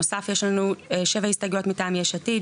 בנוסף יש לנו 7 הסתייגויות מטעם "יש עתיד",